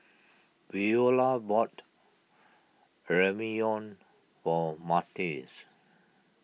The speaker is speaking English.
Veola bought Ramyeon for Matias